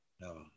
no